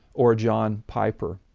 or a john piper,